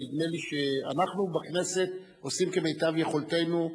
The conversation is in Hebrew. נדמה לי שאנחנו בכנסת עושים כמיטב יכולתנו,